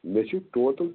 مےٚ چھِ ٹوٹل